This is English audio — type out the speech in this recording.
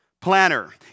planner